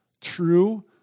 true